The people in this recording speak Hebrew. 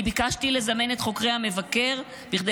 אני ביקשתי לזמן את חוקרי המבקר בכדי